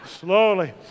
slowly